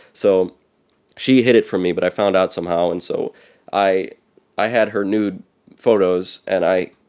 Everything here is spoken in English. so she hid it from me, but i found out somehow. and so i i had her nude photos. and i